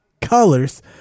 colors